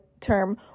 term